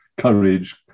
courage